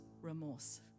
remorse